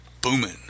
Booming